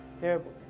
Terrible